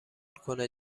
کنه